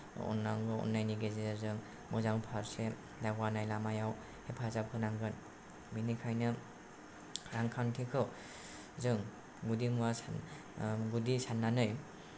अन्नांगौ अन्नायनि गेजेरजों मोजां फारसे दावगानाय लामायाव हेफाजाब होनांगोन बेनिखायनो रांखान्थिखौ जों गुदिमुवा सान गुदि सान्नानै